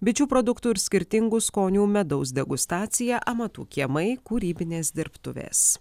bičių produktų ir skirtingų skonių medaus degustacija amatų kiemai kūrybinės dirbtuvės